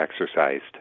exercised